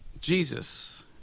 Jesus